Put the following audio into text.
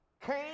came